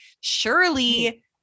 surely